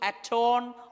atone